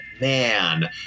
man